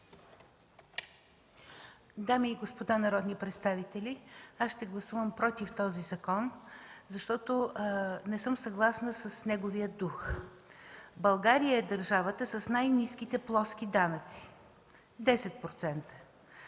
Дами и господа народни представители, аз ще гласувам против този закон, защото не съм съгласна с неговия дух. България е държавата с най-ниските плоски данъци – 10%.